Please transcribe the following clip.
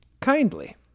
kindly